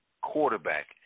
quarterback